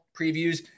previews